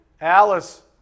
Alice